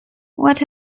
what